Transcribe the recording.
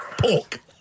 Pork